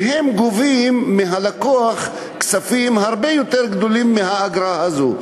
והן גובות מהלקוח סכומים הרבה יותר גדולים מהאגרה הזאת?